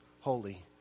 Holy